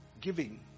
Giving